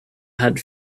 had